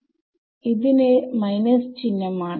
ന് മൈനസ് ചിഹ്നം ആണ്